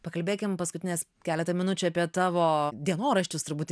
pakalbėkim paskutines keletą minučių apie tavo dienoraščius turbūt